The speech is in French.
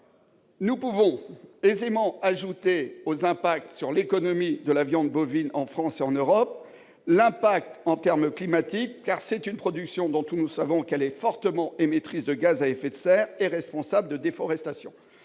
Nous pouvons aussi aisément ajouter aux impacts sur l'économie de la viande bovine en France et en Europe les conséquences en termes climatiques, puisque cette production est, nous le savons, fortement émettrice de gaz à effet de serre et responsable de déforestation.